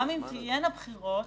גם אם יהיו בחירות,